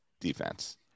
defense